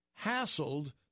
hassled